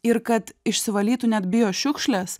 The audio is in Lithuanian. ir kad išsivalytų net biošiukšlės